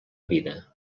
vida